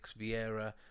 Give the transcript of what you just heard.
Vieira